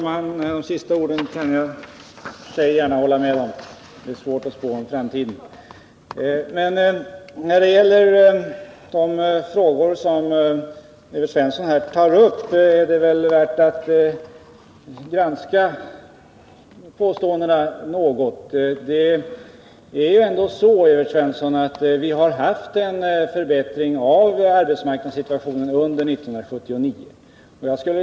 Herr talman! Jag kan instämma i de sista orden — det är svårt att spå om framtiden. Däremot skall jag något granska de övriga påståenden som Evert Svensson gjorde. Vi har faktiskt, Evert Svensson, haft en förbättring av arbetsmarknadssituationen under 1979.